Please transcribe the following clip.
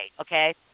okay